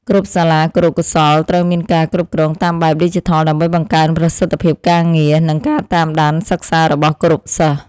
គ្រប់សាលាគរុកោសល្យត្រូវមានការគ្រប់គ្រងតាមបែបឌីជីថលដើម្បីបង្កើនប្រសិទ្ធភាពការងារនិងការតាមដានការសិក្សារបស់គរុសិស្ស។